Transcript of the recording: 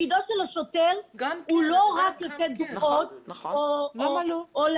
תפקידו של השוטר הוא לא רק לתת דוחות או לעצור.